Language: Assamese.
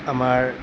আমাৰ